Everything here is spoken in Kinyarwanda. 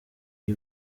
iyi